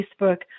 Facebook